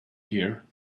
here